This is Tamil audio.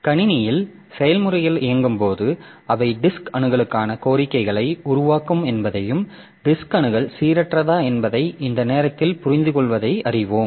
எனவே கணினியில் செயல்முறைகள் இயங்கும்போது அவை டிஸ்க் அணுகலுக்கான கோரிக்கைகளை உருவாக்கும் என்பதையும் டிஸ்க் அணுகல் சீரற்றதா என்பதை இந்த நேரத்தில் புரிந்துகொள்வதையும் அறிவோம்